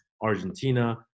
Argentina